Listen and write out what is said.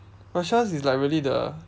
but shaz is like really the